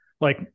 like-